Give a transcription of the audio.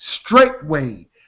straightway